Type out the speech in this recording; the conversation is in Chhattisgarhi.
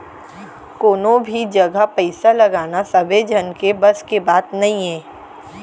कोनो भी जघा पइसा लगाना सबे झन के बस के बात नइये